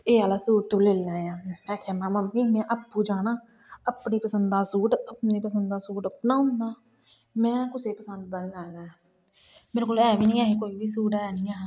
एह् आहला सूट तूं लेई लैयां में आखेआ में मम्मी में आपू जाना अपनी पसंदा दा सूट अपना होंदा में कुसै दी पसंद दा नेई लैना है मेरे कोल है बी नेईं हा कोई बी सूट नेईं हा